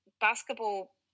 basketball